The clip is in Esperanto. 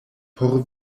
por